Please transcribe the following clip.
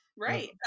Right